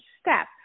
step